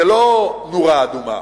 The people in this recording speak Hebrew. זה לא נורה אדומה,